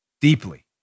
Deeply